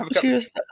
Cheers